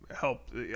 help